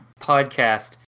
podcast